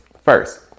First